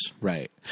Right